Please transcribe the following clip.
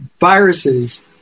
viruses